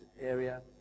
area